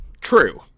True